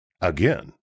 again